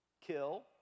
Kill